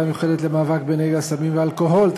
המיוחדת למאבק בנגע הסמים והאלכוהול,